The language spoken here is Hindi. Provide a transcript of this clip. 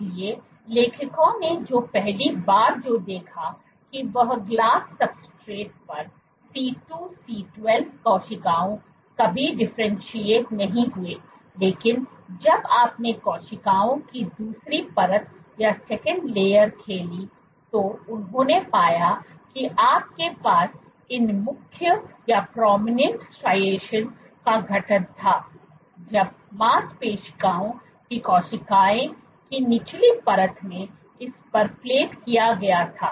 इसलिए लेखकों ने जो पहली बार जो देखा कि वह ग्लास सब्सट्रेट्स पर C2C12 कोशिकाओं कभी डिफरेंटशिएट नहीं हुए लेकिन जब आपने कोशिकाओं की दूसरी परत खेली तो उन्होंने पाया कि आपके पास इन मुख्य स्ट्राइएशन striations का गठन था जब मांसपेशियों की कोशिकाओं की निचली परत में इस पर प्लेट किया गया था